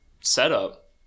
setup